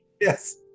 Yes